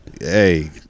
Hey